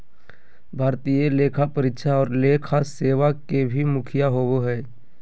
भारतीय लेखा परीक्षा और लेखा सेवा के भी मुखिया होबो हइ